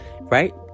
right